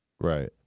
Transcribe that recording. Right